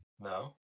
No